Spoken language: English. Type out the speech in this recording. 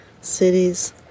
cities